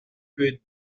que